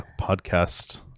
podcast